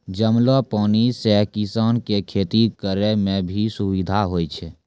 जमलो पानी से किसान के खेती करै मे भी सुबिधा होय छै